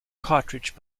cartridge